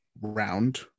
round